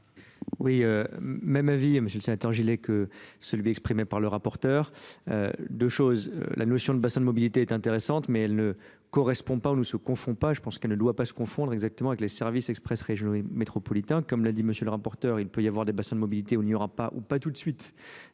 euh même avis, M. le sénateur Gilet que celui exprimé par le rapporteur. Deux choses la notion de la notion de bassin de mobilité est intéressante mais elle ne correspond pas ou ne se confond pas je pense qu'elle ne doit pas se confondre exactement avec les services express régionaux métropolitains comme l'a dit M. le rapporteur il peut y avoir des bassins de mobilité des bassins de mobilité où il n'y aura pas ou pas tout de suite